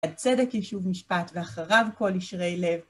הצדק ישוב משפט ואחריו כלי יישרי לב.